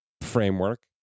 framework